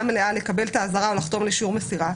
מלאה לקבל את האזהרה או לחתום על אישור מסירה,